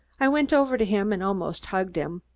i went over to him and almost hugged him.